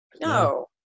No